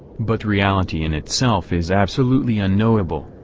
but reality in itself is absolutely unknowable.